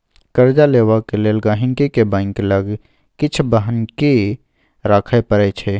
कर्जा लेबाक लेल गांहिकी केँ बैंक लग किछ बन्हकी राखय परै छै